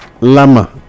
Lama